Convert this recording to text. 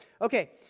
okay